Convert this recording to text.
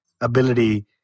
Ability